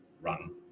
run